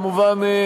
כמובן,